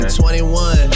21